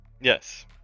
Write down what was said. Yes